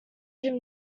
him